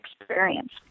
experience